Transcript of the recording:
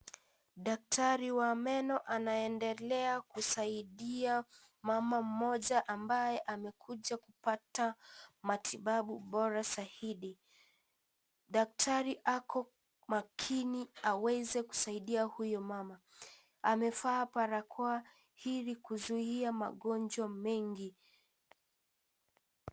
Daktari wa meno anaendelea kusaidia mama mmoja ambaye amekuja kupata matibabu bora zaidi. Daktari ako makini aweze kusaidia huyo mama. Amevaa barakoa ili kuzuia magonjwa mengi.